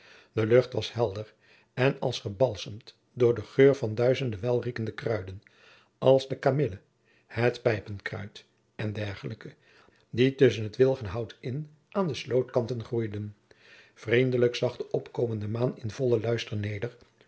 de lucht was helder en als gebalsemd door den geur van duizende welriekende kruiden als de kamille het pijpenkruid en dergelijke die tusschen het wilgenhout in aan de slootkanten groeiden vriendelijk zag de opkomende maan in vollen luister neder